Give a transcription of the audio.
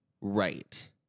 Right